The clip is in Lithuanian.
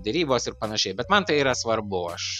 derybos ir panašiai bet man tai yra svarbu aš